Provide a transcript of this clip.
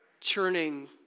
churning